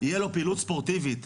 תהיה לו פעילות ספורטיבית.